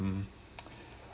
mm